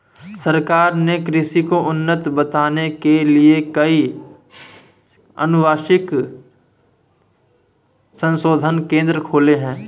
सरकार ने कृषि को उन्नत बनाने के लिए कई अनुवांशिक संशोधन केंद्र खोले हैं